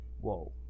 whoa